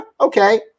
okay